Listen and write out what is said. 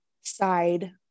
side